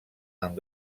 amb